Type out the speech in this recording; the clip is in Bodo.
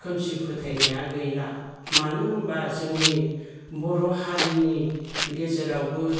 खोमसिफोथायनाया गैला मानो होमब्ला जोंनि बर' हारिनि गेजेरावबो